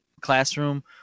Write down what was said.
classroom